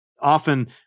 Often